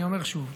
אני אומר שוב,